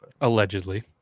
Allegedly